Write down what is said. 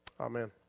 Amen